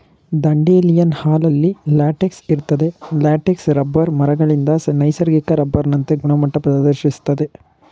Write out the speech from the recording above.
dandelion ಹಾಲಲ್ಲಿ latex ಇರ್ತದೆ latex rubber ಮರಗಳಿಂದ ನೈಸರ್ಗಿಕ ರಬ್ಬರ್ನಂತೆ ಗುಣಮಟ್ಟ ಪ್ರದರ್ಶಿಸ್ತದೆ